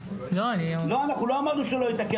לא, אנחנו לא אמרנו שהוא לא התעכב.